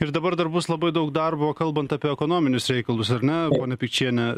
ir dabar dar bus labai daug darbo kalbant apie ekonominius reikalus ar ne pone pikčiene